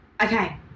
okay